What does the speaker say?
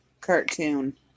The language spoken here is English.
cartoon